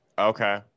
okay